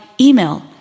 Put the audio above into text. email